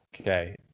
Okay